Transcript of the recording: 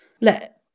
let